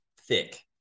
thick